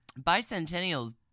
Bicentennial's